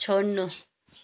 छोड्नु